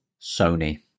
Sony